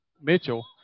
Mitchell